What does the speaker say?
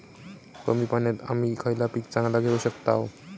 कमी पाण्यात आम्ही खयला पीक चांगला घेव शकताव?